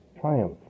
triumph